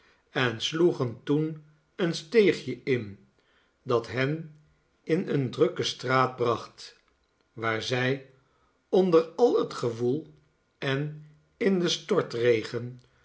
en sloegen toen een steegje in dat hen in eene drukke straat bracht waar zij onder al het gewoel en in den